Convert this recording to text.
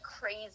crazy